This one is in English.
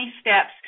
steps